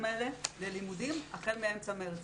האלה ללימודים החל מאמצע חודש מארס.